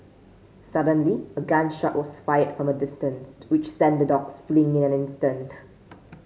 suddenly a gun shot was fired from a distance which sent the dogs fleeing in an instant